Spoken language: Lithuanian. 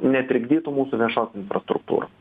netrikdytų mūsų viešos infrastruktūros